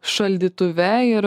šaldytuve ir